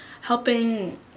helping